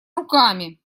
руками